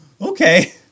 okay